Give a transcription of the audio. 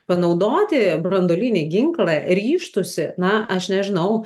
panaudoti branduolinį ginklą ryžtųsi na aš nežinau